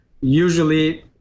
usually